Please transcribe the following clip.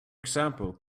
example